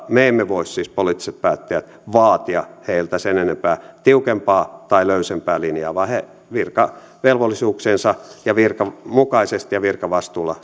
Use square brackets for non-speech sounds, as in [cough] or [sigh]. me emme voi siis poliittiset päättäjät vaatia heiltä sen enempää tiukempaa tai löysempää linjaa vaan he virkavelvollisuuksiensa ja virkansa mukaisesti ja virkavastuulla [unintelligible]